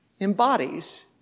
embodies